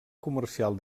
comercial